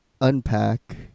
unpack